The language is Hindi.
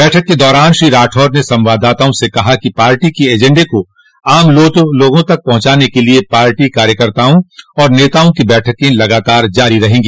बैठक के दौरान श्री राठौर ने संवाददाताओं से कहा कि पार्टी के एजेंडे को आम लोगों तक पहुंचाने के लिए पार्टी कार्यकर्ताओं और नेताओं की बैठके लगातार जारी रहेंगी